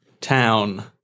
Town